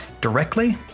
directly